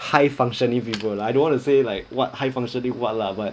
high functioning people like I don't want to say like what high functioning what lah but